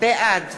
בעד